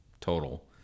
total